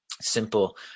simple